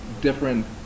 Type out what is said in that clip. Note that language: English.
different